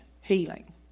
healing